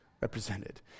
represented